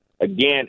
again